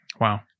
Wow